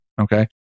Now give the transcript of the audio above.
Okay